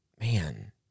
man